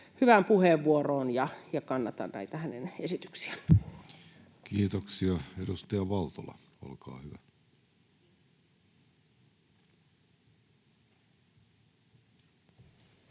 hyvään puheenvuoroon, ja kannatan näitä hänen esityksiään. Kiitoksia. — Edustaja Valtola, olkaa hyvä. Arvoisa